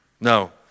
No